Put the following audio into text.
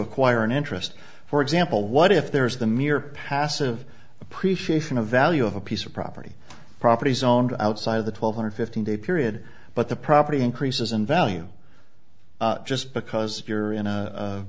acquire an interest for example what if there's the mere passive appreciation of value of a piece of property property zoned outside of the twelve hundred fifteen day period but the property increases in value just because you're in